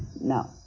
no